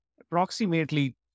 approximately